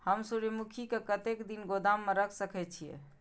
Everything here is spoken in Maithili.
हम सूर्यमुखी के कतेक दिन गोदाम में रख सके छिए?